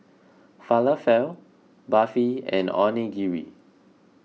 Falafel Barfi and Onigiri